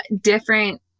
different